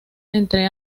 entre